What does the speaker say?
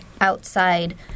outside